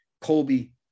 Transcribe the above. Colby